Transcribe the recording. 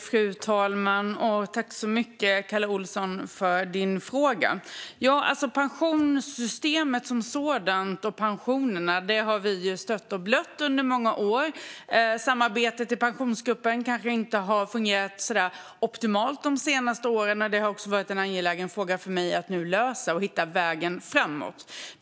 Fru talman! Tack så mycket, Kalle Olsson, för frågan! Pensionssystemet som sådant och pensionerna har vi stött och blött under många år. Samarbetet i Pensionsgruppen har kanske inte fungerat optimalt de senaste åren, och det har varit en angelägen fråga för mig att nu lösa och hitta vägen framåt för.